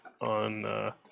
on